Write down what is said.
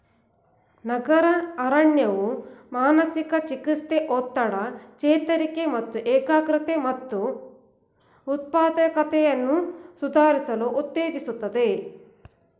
ನಗರ ಅರಣ್ಯವು ಮಾನಸಿಕ ಚಿಕಿತ್ಸೆ ಒತ್ತಡ ಚೇತರಿಕೆ ಮತ್ತು ಏಕಾಗ್ರತೆ ಮತ್ತು ಉತ್ಪಾದಕತೆಯನ್ನು ಸುಧಾರಿಸಲು ಉತ್ತೇಜಿಸ್ತದೆ